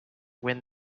win